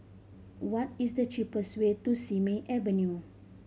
what is the cheapest way to Simei Avenue